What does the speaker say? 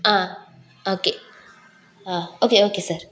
ah okay ah okay okay sir